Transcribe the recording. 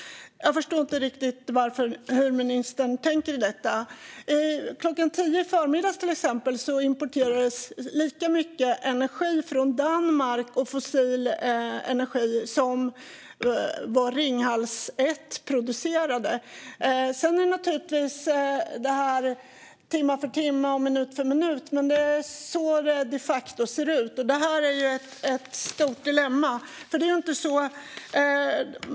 Jag förstår inte riktigt hur ministern tänker i detta. Klockan 10 i förmiddags, till exempel, importerades lika mycket energi från Danmark och fossil energi som vad Ringhals 1 producerade. Sedan varierar det naturligtvis timme för timme och minut för minut. Men det är så det de facto ser ut. Det är ett stort dilemma.